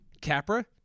Capra